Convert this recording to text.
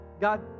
God